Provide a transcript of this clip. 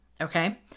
Okay